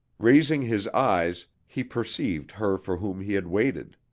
raising his eyes he perceived her for whom he had waited.